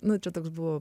nu čia toks buvo